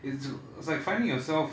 it's it's like finding yourself